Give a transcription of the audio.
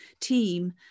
team